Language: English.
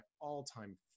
all-time